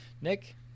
Nick